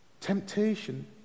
Temptation